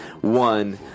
one